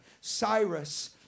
Cyrus